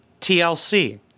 TLC